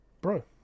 bro